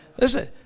Listen